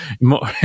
more